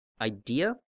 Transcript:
idea